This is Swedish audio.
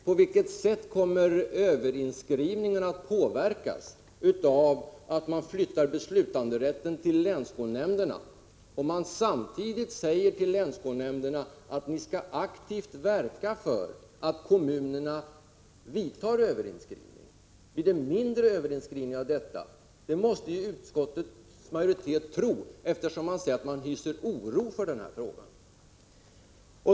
På vilket sätt kommer överinskrivningen att påverkas av att man flyttar beslutanderätten till länsskolnämnderna, om man samtidigt säger till länsskolnämnderna att de aktivt skall verka för att kommunerna genomför överinskrivning? Blir det mindre överinskrivning genom detta? Det måste utskottsmajoriteten tro, eftersom man säger att man hyser oro för frågan.